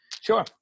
Sure